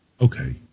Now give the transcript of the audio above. Okay